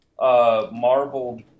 marbled